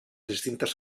distintes